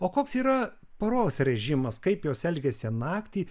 o koks yra paros režimas kaip jos elgiasi naktį